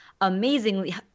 amazingly –